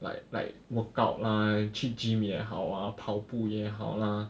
like like workout lah 去 gym 也好 lah 跑步也好 lah